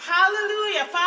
Hallelujah